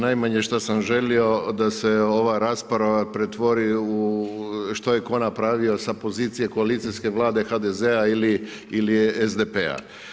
Najmanje što sam želio da se ova rasprava pretvori što je tko napravio sa pozicije koalicijske vlade HDZ-a ili SDP-a.